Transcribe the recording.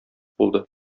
булды